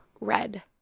red